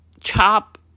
chop